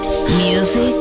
Music